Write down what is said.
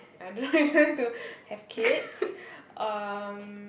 I don't intend to have kids um